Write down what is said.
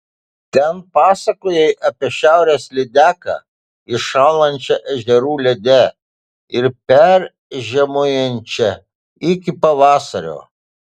ten pasakojai apie šiaurės lydeką įšąlančią ežerų lede ir peržiemojančią iki pavasario